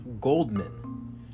Goldman